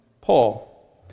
Paul